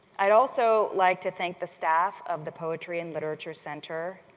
i'd also like to thank the staff of the poetry and literature center,